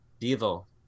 Devil